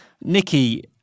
Nikki